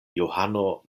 johano